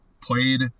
played